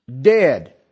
Dead